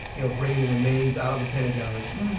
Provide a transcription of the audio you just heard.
you know, bringing the remains out of the pentagon.